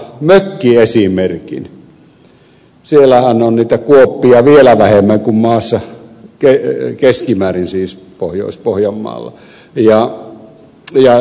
siellähän on niitä kuoppia vielä vähemmän kuin maassa keskimäärin siis pohjois pohjanmaalla